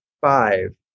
five